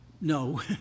No